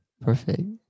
Perfect